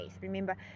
remember